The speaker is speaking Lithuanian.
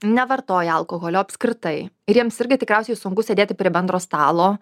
nevartoja alkoholio apskritai ir jiems irgi tikriausiai sunku sėdėti prie bendro stalo